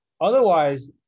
otherwise